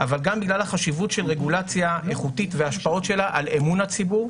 גם בגלל החשיבות של רגולציה איכותית וההשפעות שלה על אמון הציבור,